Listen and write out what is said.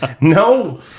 no